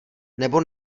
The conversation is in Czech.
nebo